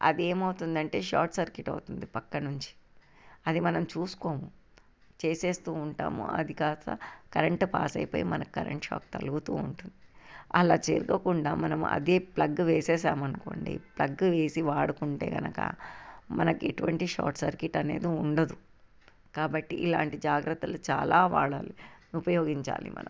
అది ఏమవుతుందంటే short circuit అవుతుంది పక్కనుంచి అది మనం చూసుకోము చేసేస్తూ ఉంటాము అది కాస్త కరెంటు పాస్ మనకి కరెంట్ షాక్ తగులుతూ ఉంటుంది అలా చేరుకోకుండా మనము అదే ప్లగ్ వేసేసాము అనుకోండి ప్లగ్ వేసి వాడుకుంటే కనుక మనకి ఎటువంటి షార్ట్ సర్క్యూట్ అనేది ఉండదు కాబట్టి ఇలాంటి జాగ్రత్తలు చాలా వాడాలి ఉపయోగించాలి మనం